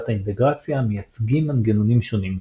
האינטגרציה המייצגים מנגנונים שונים.